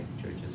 churches